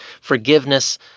Forgiveness